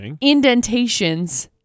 indentations